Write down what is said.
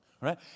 right